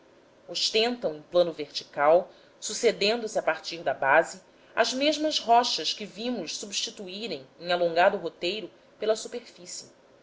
ostentam em plano vertical sucedendo se a partir da base as mesmas rochas que vimos se substituírem em alongado roteiro pela superfície